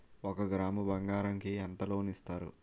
ఒక గ్రాము బంగారం కి ఎంత లోన్ ఇస్తారు?